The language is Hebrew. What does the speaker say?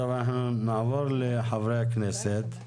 אנחנו נעבור לחברי הכנסת.